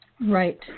right